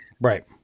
Right